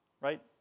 right